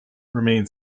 remain